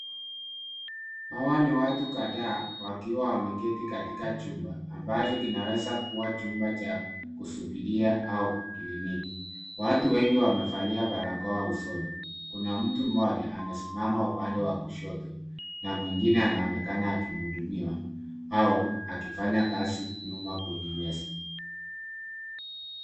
Hawa ni watu kadhaa wakiwa wameketi katika chumba ambacho kinaweza kuwa chumba cha kusubiria au kliniki. Watu wengi wamevalia barakoa usoni. Kuna mtu mmoja amesimama upande wa kushoto na mwingine anaonekana akimhudumia au akifanya kazi nyuma kwenye meza.